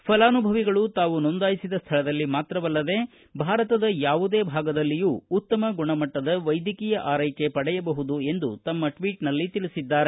ಫಲಾನುಭವಿಗಳು ತಾವು ನೋಂದಾಯಿಸಿದ ಸ್ಥಳದಲ್ಲಿ ಮಾತ್ರವಲ್ಲದೆ ಭಾರತದ ಯಾವುದೇ ಭಾಗದಲ್ಲಿಯೂ ಉತ್ತಮ ಗುಣಮಟ್ಟದ ವೈದ್ಯಕೀಯ ಆರೈಕ ಪಡೆಯಬಹುದು ಎಂದು ತಮ್ಮ ಟ್ವೀಟ್ನಲ್ಲಿ ತಿಳಿಸಿದ್ದಾರೆ